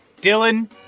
dylan